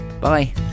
Bye